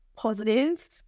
positive